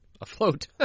afloat